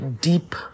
deep